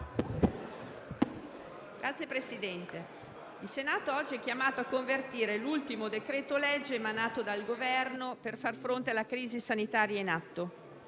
Signor Presidente, il Senato è chiamato oggi a convertire l'ultimo decreto-legge emanato dal Governo per far fronte alla crisi sanitaria in atto.